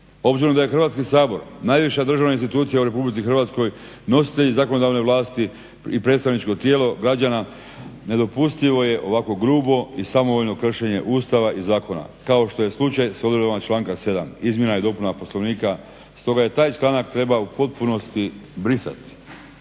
Obzirom da je Hrvatski sabor najviša državna institucija u Republici Hrvatskoj, nositelji zakonodavne vlasti i predstavničko tijelo građana nedopustivo je ovako grubo i samovoljno kršenje Ustava i zakona, kao što je slučaj s odredbama članka 7. izmjena i dopuna Poslovnika, stoga i taj članak treba u potpunosti brisati.